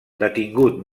detingut